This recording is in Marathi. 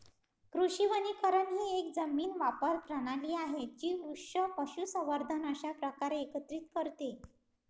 कृषी वनीकरण ही एक जमीन वापर प्रणाली आहे जी वृक्ष, पशुसंवर्धन अशा प्रकारे एकत्रित करते